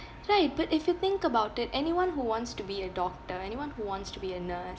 right but if you think about it anyone who wants to be a doctor anyone who wants to be a nurse